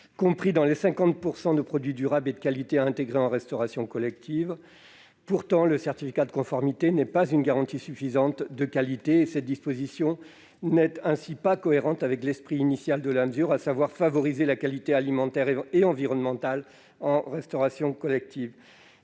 compris dans les 50 % de produits durables et de qualité à intégrer en restauration collective. Pourtant, le certificat de conformité n'est pas une garantie suffisante de qualité. De ce fait, cette disposition n'est pas cohérente avec l'esprit initial de la mesure, à savoir favoriser la qualité alimentaire et environnementale en restauration collective.